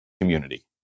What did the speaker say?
community